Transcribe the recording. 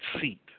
seat